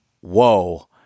Whoa